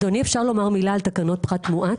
אדוני, אפשר לומר מילה על תקנות פחת מואץ?